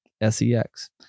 S-E-X